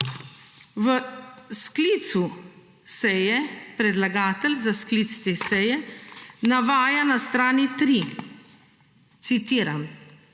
v sklicu seje, predlagatelj za sklic te seje navaja na strani 3, citiram: